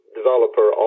developer